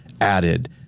added